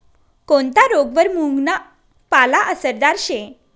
कोनता रोगवर मुंगना पाला आसरदार शे